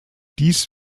dies